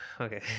Okay